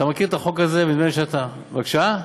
אתה מכיר את החוק הזה, ונדמה לי שאתה, בבקשה?